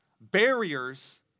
barriers